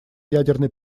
ядерной